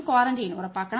quarantine ഉറപ്പാക്കണം